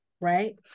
right